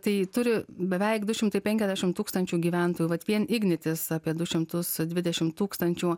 tai turi beveik du šimtai penkiasdešim tūkstančių gyventojų vat vien ignitis apie du šimtus dvidešim tūkstančių